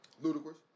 ludicrous